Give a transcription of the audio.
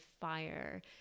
fire